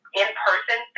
in-person